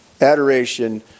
adoration